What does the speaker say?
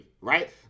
right